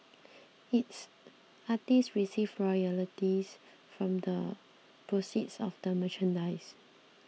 its artists receive royalties from the proceeds of the merchandise